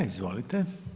Izvolite.